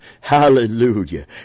Hallelujah